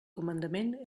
comandament